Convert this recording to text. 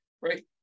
right